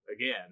again